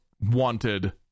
wanted